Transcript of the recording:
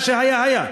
מה שהיה היה,